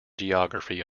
geography